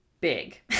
big